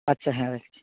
আচ্ছা হ্যাঁ রাখছি